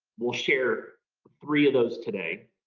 we'll share three of those today.